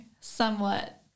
somewhat